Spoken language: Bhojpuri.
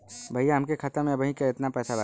भईया हमरे खाता में अबहीं केतना पैसा बा?